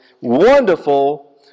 wonderful